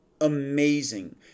amazing